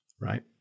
right